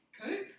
coop